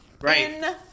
Right